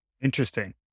Interesting